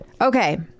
Okay